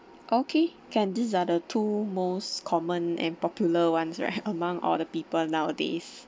okay can these are the two most common and popular ones right among all the people nowadays